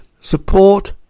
support